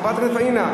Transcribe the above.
חברת הכנסת פאינה,